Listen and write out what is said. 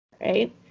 Right